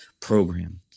program